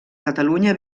catalunya